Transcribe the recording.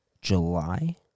July